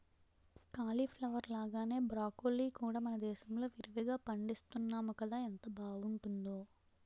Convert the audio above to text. cauliflower లాగానే broccoli కూడా మనదేశంలో విరివిరిగా పండిస్తున్నాము కదా ఎంత బావుంటుందో